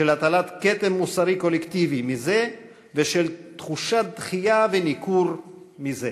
של הטלת כתם מוסרי קולקטיבי מזה ושל תחושת דחייה וניכור מזה.